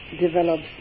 develops